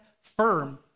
firm